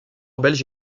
belge